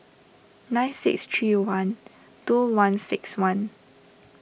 nine six three one two one six one